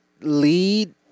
lead